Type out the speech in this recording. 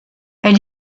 elle